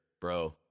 bro